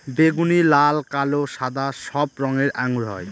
বেগুনি, লাল, কালো, সাদা সব রঙের আঙ্গুর হয়